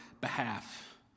behalf